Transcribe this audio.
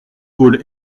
gaulle